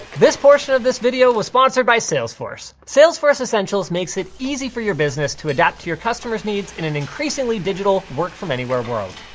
this portion of this video was sponsored by salesforce. salesforce essentials makes it easy for your business to adapt to your customer's needs in an increasingly digital work from anywhere world.